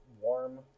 warm